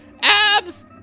Abs